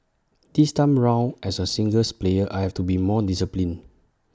this time round as A singles player I have to be more disciplined